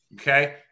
Okay